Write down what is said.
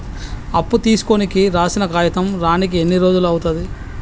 అప్పు తీసుకోనికి రాసిన కాగితం రానీకి ఎన్ని రోజులు అవుతది?